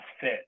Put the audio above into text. fit